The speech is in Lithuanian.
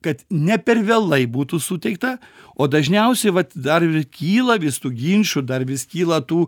kad ne per vėlai būtų suteikta o dažniausiai vat dar ir kyla vis tų ginčų dar vis kyla tų